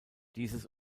dieses